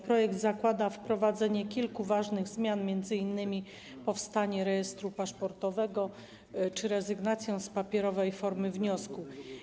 Projekt zakłada wprowadzenie kilku ważnych zmian, m.in. powstanie rejestru paszportowego czy rezygnację z papierowej formy wniosku.